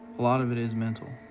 a lot of it is mental.